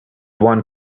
one